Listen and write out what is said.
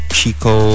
Chico